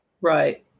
Right